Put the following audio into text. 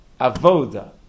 Avoda